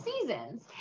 seasons